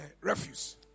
refuse